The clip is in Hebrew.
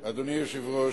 אדוני היושב-ראש,